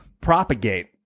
propagate